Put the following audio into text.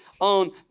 on